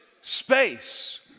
space